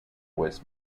was